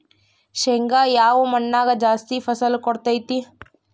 ಶೇಂಗಾ ಯಾವ ಮಣ್ಣಾಗ ಜಾಸ್ತಿ ಫಸಲು ಕೊಡುತೈತಿ?